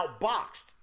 outboxed